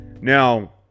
now